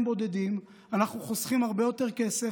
בודדים ואנחנו חוסכים הרבה יותר כסף,